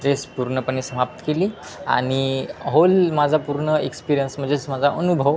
race पूर्णपणे समाप्त केली आणि होल माझा पूर्ण एक्सपिरियन्स म्हणजेच माझा अनुभव